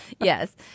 Yes